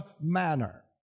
manner